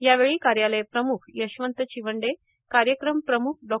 यावेळी कार्यालय प्रमुख यशवंत चीवंडे कार्यक्रम प्रमुख डॉ